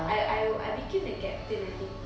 I I I became the captain I think